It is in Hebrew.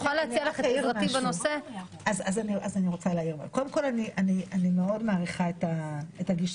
בוקר טוב, אני מתכבד לפתוח את ישיבת ועדת הכנסת.